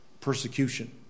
persecution